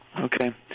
Okay